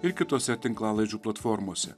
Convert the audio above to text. ir kitose tinklalaidžių platformose